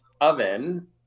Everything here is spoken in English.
oven